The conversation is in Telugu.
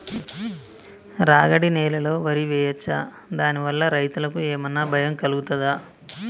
రాగడి నేలలో వరి వేయచ్చా దాని వల్ల రైతులకు ఏమన్నా భయం కలుగుతదా?